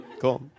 Cool